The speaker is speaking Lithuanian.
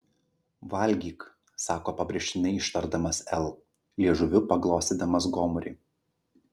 valgyk sako pabrėžtinai ištardamas l liežuviu paglostydamas gomurį